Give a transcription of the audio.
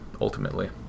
ultimately